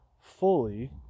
fully